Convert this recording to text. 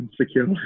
secure